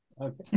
Okay